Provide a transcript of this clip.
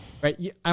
right